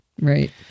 Right